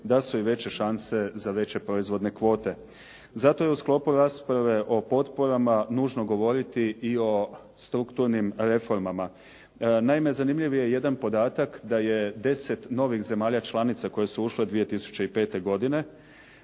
da su i veće kazne za veće proizvodne kvote. Zato je u sklopu rasprave o potporama nužno govoriti i o strukturnim reformama. Naime, zanimljiv je jedan podatak da je 10 novih zemalja članica koje su ušle 2005. da